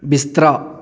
ਬਿਸਤਰਾ